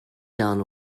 done